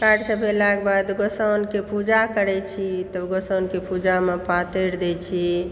card छपेलाके बाद गोसाउनिके पूजा करै छी तब गोसाउनिके पूजामे पातरी दै छी